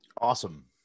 Awesome